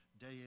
day